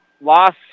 loss